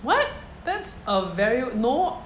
what that's a very no